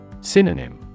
Synonym